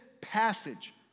passage